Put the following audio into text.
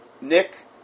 Nick